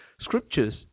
scriptures